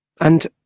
And